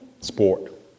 sport